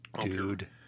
dude